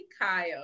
Kyle